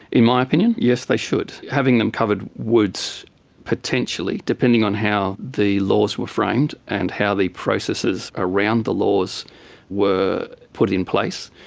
in my opinion, yes they should. having them covered would potentially, depending on how the laws were framed and how the processes around the laws were put in place,